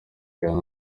kandi